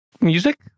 music